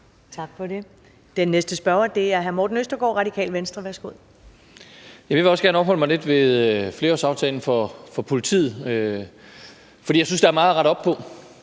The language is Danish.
Tak for det. Den næste spørger er hr. Morten Østergaard, Radikale Venstre. Værsgo. Kl. 15:39 Morten Østergaard (RV): Jeg vil også gerne opholde mig lidt ved flerårsaftalen for politiet, for jeg synes, at der er meget at rette op på.